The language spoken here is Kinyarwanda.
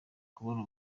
kubona